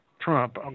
Trump